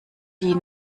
die